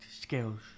skills